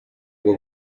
bwo